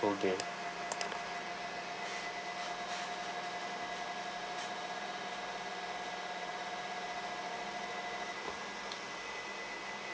whole day